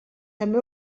també